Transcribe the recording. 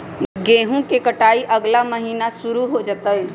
गेहूं के कटाई अगला महीना शुरू हो जयतय